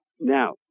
Now